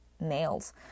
nails